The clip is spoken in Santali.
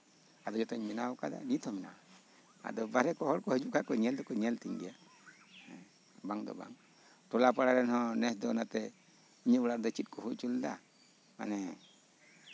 ᱟᱫᱚ ᱡᱚᱛᱚᱧ ᱵᱮᱱᱟᱣ ᱟᱠᱟᱫᱟ ᱱᱤᱛ ᱦᱚᱸ ᱢᱮᱱᱟᱜᱼᱟ ᱟᱫᱚ ᱵᱟᱨᱦᱮ ᱠᱷᱚᱱ ᱦᱚᱲ ᱠᱚ ᱦᱤᱡᱩᱜ ᱠᱟᱷᱟᱱ ᱫᱚ ᱧᱮᱞ ᱫᱚᱠᱚ ᱧᱮᱞ ᱛᱤᱧ ᱜᱮᱭᱟ ᱦᱮᱸ ᱵᱟᱝᱫᱚ ᱵᱟᱝ ᱴᱚᱞᱟᱼᱯᱟᱲᱟ ᱨᱮᱱ ᱦᱚᱸ ᱱᱮᱥ ᱫᱚ ᱚᱱᱟᱛᱮ ᱤᱧᱟᱹᱜ ᱚᱲᱟᱜ ᱨᱮᱫᱚ ᱪᱮᱫ ᱠᱚ ᱦᱩᱭ ᱦᱚᱪᱚᱞᱮᱫᱟ ᱢᱟᱱᱮ